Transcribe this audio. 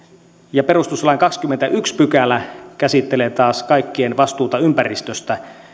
ja perustuslain kahdeskymmenesensimmäinen pykälä käsittelee taas kaikkien vastuuta ympäristöstä